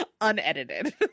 unedited